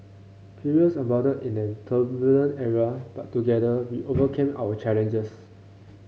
perils abounded in that turbulent era but together we overcame our challenges